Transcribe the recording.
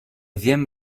wiem